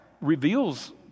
reveals